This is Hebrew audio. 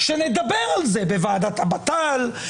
שנדבר על זה בוועדת הבט"ל,